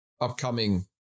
upcoming